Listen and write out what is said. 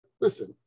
listen